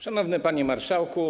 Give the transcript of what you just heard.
Szanowny Panie Marszałku!